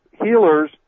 healers